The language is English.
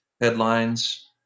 headlines